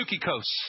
sukikos